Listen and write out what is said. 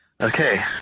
Okay